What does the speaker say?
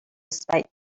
despite